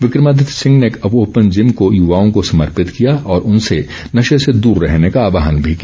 विक्रमादित्य सिंह ने open gym को युवाओं को समर्पित किया और उनसे नशे से दूर रहने का आहवान भी किया